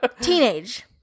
Teenage